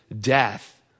death